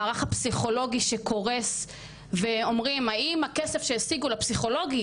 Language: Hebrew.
המערך הפסיכולוגי שקורס ואומרים "האם הכסף שהשיגו לפסיכולוגי